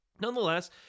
Nonetheless